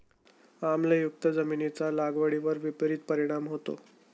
आम्लयुक्त जमिनीचा लागवडीवर विपरीत परिणाम होतो